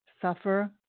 suffer